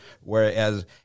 Whereas